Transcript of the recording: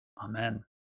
Amen